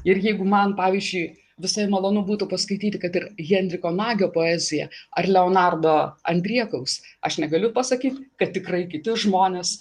ir jeigu man pavyzdžiui visai malonu būtų paskaityti kad ir henriko nagio poeziją ar leonardo andriekaus aš negaliu pasakyt kad tikrai kiti žmonės